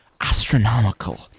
astronomical